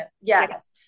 yes